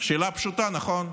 שאלה פשוטה, נכון?